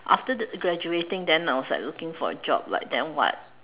after that graduating then I was like looking for a job like then what